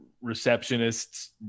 receptionist's